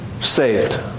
saved